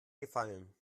gefallen